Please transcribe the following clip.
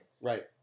Right